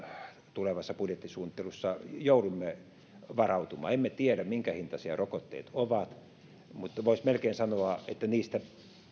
tulevassa budjettisuunnittelussa joudumme varautumaan emme tiedä minkä hintaisia rokotteet ovat mutta voisi melkein sanoa että niistä